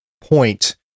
point